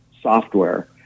software